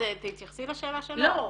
תתייחסי לשאלה -- לא,